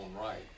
right